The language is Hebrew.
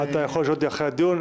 אתה יכול לשאול אותי אחרי הדיון.